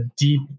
deep